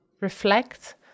reflect